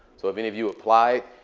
so if any of you apply,